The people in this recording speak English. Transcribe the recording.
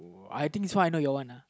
I think so I know your one uh